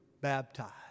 baptized